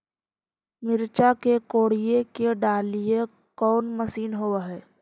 मिरचा के कोड़ई के डालीय कोन मशीन होबहय?